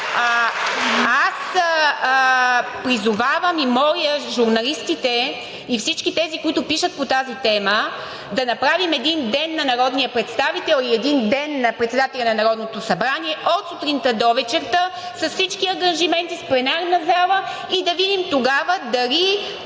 Аз призовавам и моля журналистите и всички тези, които пишат по тази тема, да направим един Ден на народния представител и един Ден на председателя на Народното събрание – от сутринта до вечерта, с всички ангажименти, с пленарна зала, и да видим тогава дали